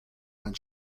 mein